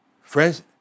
Friends